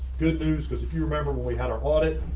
good news, because if you remember when we had our audit,